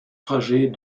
trajet